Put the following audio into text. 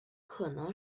可能